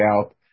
out